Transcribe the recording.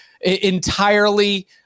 entirely